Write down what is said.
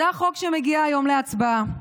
זה החוק שמגיע היום להצבעה.